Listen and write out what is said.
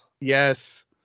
Yes